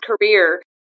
career